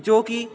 ਜੋ ਕਿ